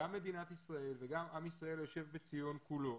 גם מדינת ישראל וגם עם ישראל היושב בציון כולו,